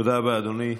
תודה רבה, אדוני.